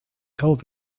told